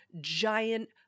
giant